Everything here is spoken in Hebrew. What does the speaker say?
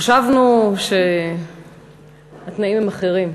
חשבנו שהתנאים הם אחרים,